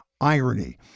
irony